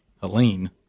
Helene